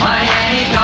Miami